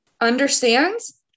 understands